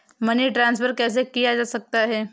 Money transfer कैसे किया जा सकता है?